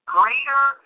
greater